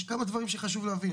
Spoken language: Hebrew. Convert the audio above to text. יש כמה דברים שחשוב להבין,